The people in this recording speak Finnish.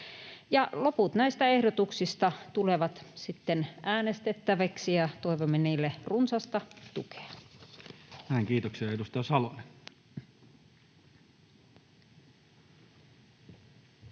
Loput näistä ehdotuksista tulevat sitten äänestettäviksi, ja toivomme niille runsasta tukea. Näin, kiitoksia. — Edustaja Salonen.